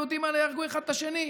היהודים האלה יהרגו אחד את השני.